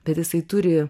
bet jisai turi